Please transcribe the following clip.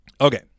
Okay